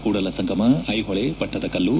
Kudalasangama Aihole Pattadakal